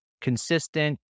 consistent